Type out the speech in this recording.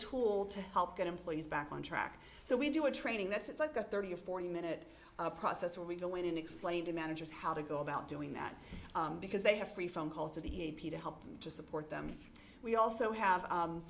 tool to help get employees back on track so we do our training that's it's like a thirty or forty minute process where we go in and explain to managers how to go about doing that because they have free phone calls to the a p to help to support them we